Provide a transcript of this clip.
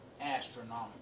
astronomical